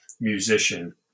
musician